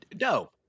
No